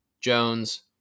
Jones